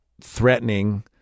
threatening